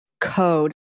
code